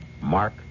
Mark